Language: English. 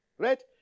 Right